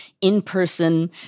in-person